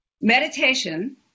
Meditation